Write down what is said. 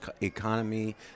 economy